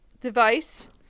device